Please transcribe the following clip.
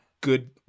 good